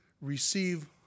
receive